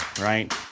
right